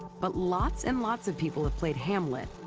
but lots and lots of people have played hamlet,